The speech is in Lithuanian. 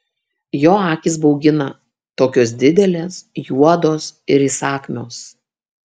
jo akys baugina tokios didelės juodos ir įsakmios